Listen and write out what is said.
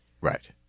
Right